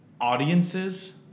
audiences